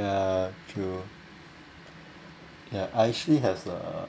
ya true ya I actually have a